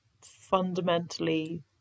fundamentally